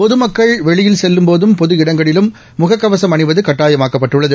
பொதுமக்கள் வெளியில் செல்லும்போதும் பொது இடங்களிலும் முகக்கவசும் அணிவது கட்டாயமாக்கப்பட்டுள்ளது